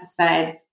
pesticides